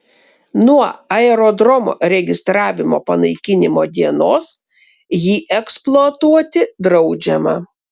nuo aerodromo registravimo panaikinimo dienos jį eksploatuoti draudžiama